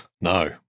No